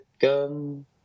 gun